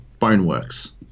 Boneworks